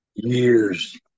years